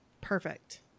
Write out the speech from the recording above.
Perfect